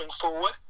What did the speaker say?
forward